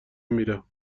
میرم